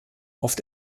oft